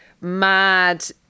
mad